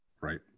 right